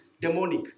Demonic